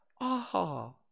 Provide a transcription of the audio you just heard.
aha